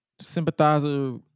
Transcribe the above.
Sympathizer